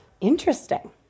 interesting